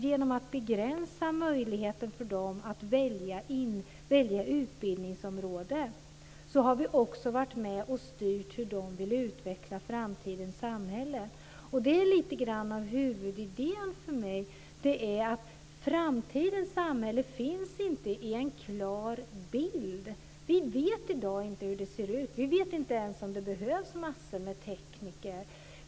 Genom att begränsa möjligheterna för dem att välja utbildningsområde har vi varit med och styrt hur de vill utveckla framtidens samhälle. Lite grann av huvudidén för mig är att framtidens samhälle inte finns i en klar bild. Vi vet inte hur det ser ut. Vi vet inte ens om det behövs en massa tekniker.